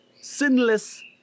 sinless